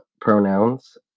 pronouns